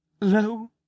low